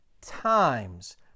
times